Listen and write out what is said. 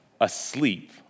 asleep